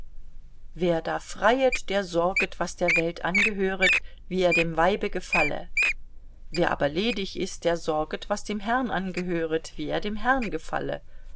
wer da freiet der sorget was der welt angehöret wie er dem weibe gefalle wer aber ledig ist der sorget was dem herrn angehöret wie er dem herrn gefalle